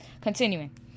Continuing